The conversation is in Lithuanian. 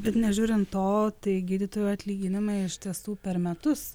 bet nežiūrint to tai gydytojų atlyginimai iš tiesų per metus